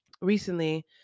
recently